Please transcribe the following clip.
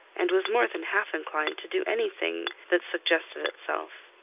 and was more than half inclined to do anything that suggested itself.